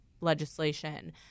legislation